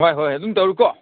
ꯍꯣꯏ ꯍꯣꯏ ꯑꯗꯨꯝ ꯇꯧꯔꯣ ꯀꯣ